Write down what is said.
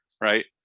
right